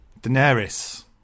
Daenerys